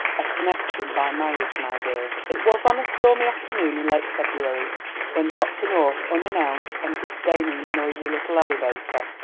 a connection by marriage, my dear. it was on a stormy afternoon in late february when dr. north, unannounced and disdaining the noisy little elevator,